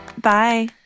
Bye